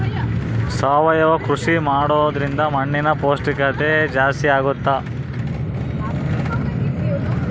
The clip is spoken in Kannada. ಸಾವಯವ ಕೃಷಿ ಮಾಡೋದ್ರಿಂದ ಮಣ್ಣಿನ ಪೌಷ್ಠಿಕತೆ ಜಾಸ್ತಿ ಆಗ್ತೈತಾ?